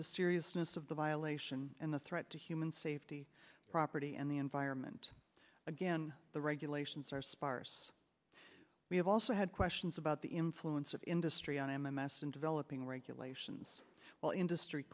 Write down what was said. the seriousness of the violation and the threat to human safety property and the environment again the regulations are sparse we have also had questions about the influence of industry on m m s and developing regulations well industry